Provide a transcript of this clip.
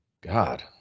God